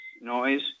noise